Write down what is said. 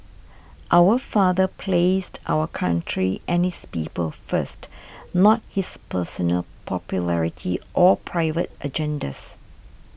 our father placed our country and his people first not his personal popularity or private agendas